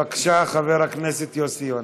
בבקשה, חבר הכנסת יוסי יונה.